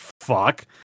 fuck